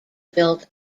built